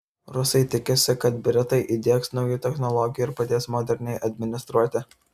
rusai tikisi kad britai įdiegs naujų technologijų ir padės moderniai administruoti